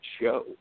show